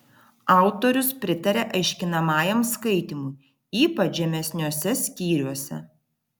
autorius pritaria aiškinamajam skaitymui ypač žemesniuose skyriuose